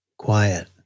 Quiet